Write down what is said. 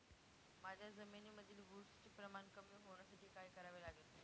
माझ्या जमिनीमधील बुरशीचे प्रमाण कमी होण्यासाठी काय करावे लागेल?